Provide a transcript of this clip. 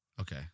Okay